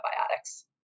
antibiotics